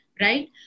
right